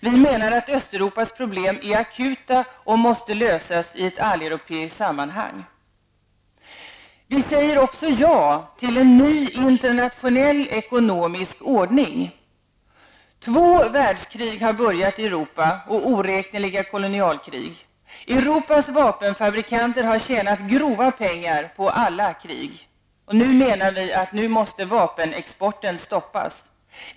Vi menar att Östeuropas problem är akuta och måste lösas i ett alleuropeiskt sammanhang. Vi säger också ja till en ny internationell ekonomisk ordning. Två världskrig har börjat i Europa och oräkneliga kolonialkrig. Europas vapenfabrikanter har tjänat grova pengar på alla krig. Nu menar vi att vapenexporten måste stoppas.